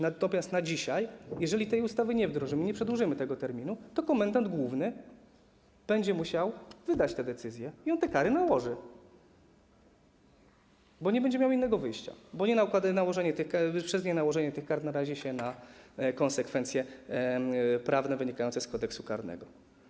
Natomiast na dzisiaj, jeżeli tej ustawy nie wdrożymy, nie przedłużymy tego terminu, to komendant główny będzie musiał wydać te decyzje i on te kary nałoży, bo nie będzie miał innego wyjścia, bo przez nienałożenie tych kar narazi się na konsekwencje prawne wynikające z Kodeksu karnego.